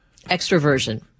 Extroversion